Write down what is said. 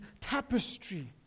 tapestry